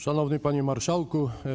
Szanowny Panie Marszałku!